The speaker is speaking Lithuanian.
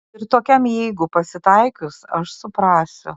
ir tokiam jeigu pasitaikius aš suprasiu